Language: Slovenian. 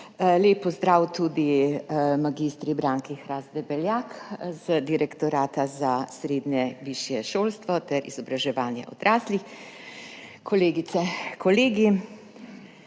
lep pozdrav tudi mag. Branki Hrast Debeljak z Direktorata za srednje in višje šolstvo ter izobraževanje odraslih, kolegice, kolegi!